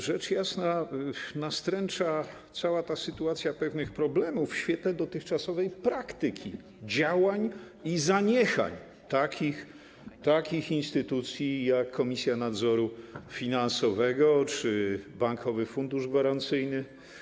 Rzecz jasna cała ta sytuacja nastręcza pewnych problemów w świetle dotychczasowej praktyki działań i zaniechań takich instytucji jak Komisja Nadzoru Finansowego czy Bankowy Fundusz Gwarancyjny.